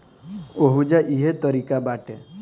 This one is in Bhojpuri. ओहुजा इहे तारिका बाटे